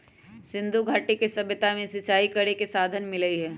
सिंधुघाटी के सभ्यता में सिंचाई करे के साधन मिललई ह